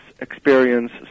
experience